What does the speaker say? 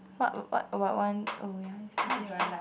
what what what want oh ya it's here